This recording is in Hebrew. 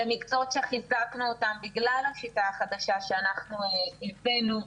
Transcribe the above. אלה מקצועות שחיזקנו אותם בגלל השיטה החדשה שאנחנו הבאנו.